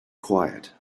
quiet